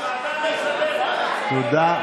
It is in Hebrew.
תודה.